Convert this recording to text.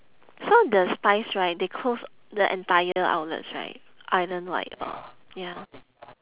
some of the spize right they close the entire outlets right island wide or ya